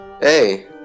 Hey